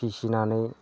फिसिनानै